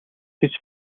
гэж